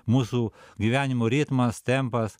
mūsų gyvenimo ritmas tempas